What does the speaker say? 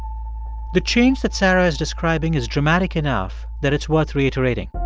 the change that sarah is describing is dramatic enough that it's worth reiterating.